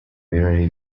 birori